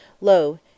Lo